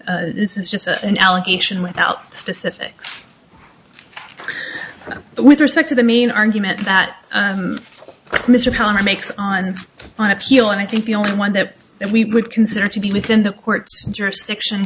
this is just an allegation without specific with respect to the main argument that mr connor makes on an appeal and i think the only one that we would consider to be within the court's jurisdiction